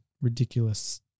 ridiculous